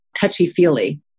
touchy-feely